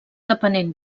depenent